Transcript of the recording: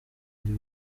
wajye